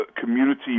community